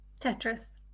Tetris